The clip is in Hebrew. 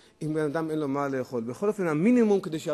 הזה, אבל במינימום או במקסימום שהמדינה יכולה.